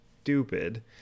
stupid